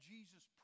Jesus